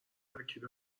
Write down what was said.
ترکیب